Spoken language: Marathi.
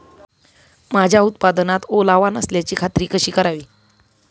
माझ्या उत्पादनात ओलावा नसल्याची खात्री कशी करावी?